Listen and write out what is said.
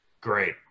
Great